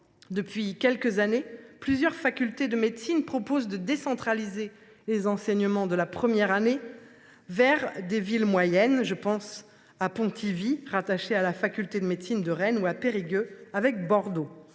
depuis quelques années, plusieurs facultés de médecine proposent de décentraliser les enseignements de la première année des études de santé vers des villes moyennes – je pense à Pontivy, rattachée à la faculté de médecine de Rennes, ou à Périgueux, rattachée à Bordeaux.